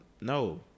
No